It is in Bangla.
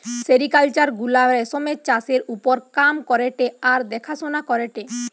সেরিকালচার গুলা রেশমের চাষের ওপর কাম করেটে আর দেখাশোনা করেটে